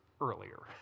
earlier